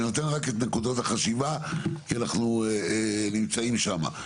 אני נותן לך נקודות לחשיבה כי אנחנו נמצאים שם.